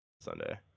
Sunday